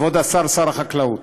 כבוד השר, שר החקלאות,